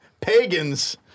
pagans